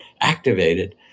activated